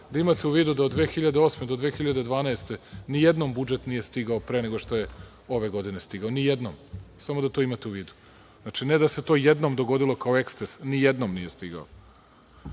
da imate u vidu da od 2008. do 2012. godine nijedan budžet nije stigao pre nego što je ove godine stigao, nijednom, samo da to imate u vidu. Znači, ne da se to jednom dogodilo kao eksces, nijednom nije stiglo. Budžet